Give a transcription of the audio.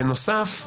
בנוסף,